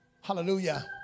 Hallelujah